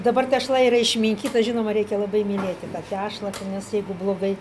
dabar tešla yra išminkyta žinoma reikia labai mylėti tą tešlą nes jeigu blogai